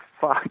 fuck